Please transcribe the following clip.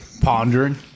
pondering